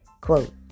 quote